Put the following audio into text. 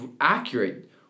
accurate